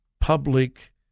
public